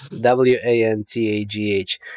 W-A-N-T-A-G-H